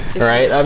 alright, i um